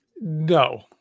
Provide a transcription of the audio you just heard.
No